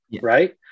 right